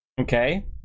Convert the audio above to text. Okay